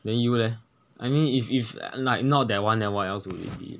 then you leh I mean if if like not that one then what else would it be